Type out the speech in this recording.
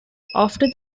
after